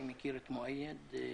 אני מכיר את שניהם.